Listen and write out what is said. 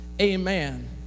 Amen